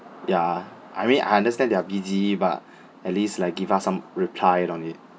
ya I mean I understand they are busy but at least like give us some reply on it